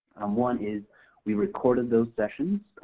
one is we recorded those sessions,